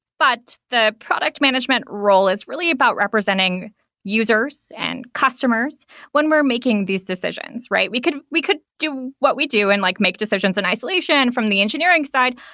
but the product management role is really about representing users and customers when we're making these decisions, right? we could we could do what we do and like make decisions and isolation from the engineering side.